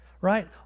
right